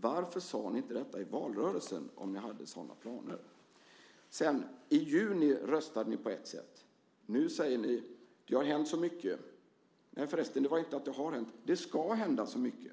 Varför sade ni inte detta i valrörelsen om ni hade sådana planer? I juni röstade ni på ett sätt. Nu säger ni att det har hänt så mycket - förresten är det inte så att det har hänt utan det ska hända så mycket.